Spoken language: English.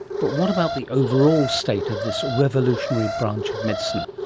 but what about the overall state of this revolutionary branch of medicine?